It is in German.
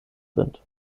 sind